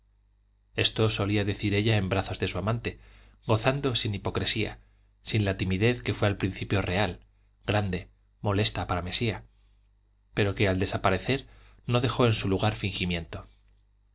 esto solía decir ella en brazos de su amante gozando sin hipocresía sin la timidez que fue al principio real grande molesta para mesía pero que al desaparecer no dejó en su lugar fingimiento